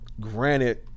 granted